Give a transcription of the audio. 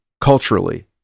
culturally